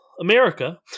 America—